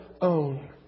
own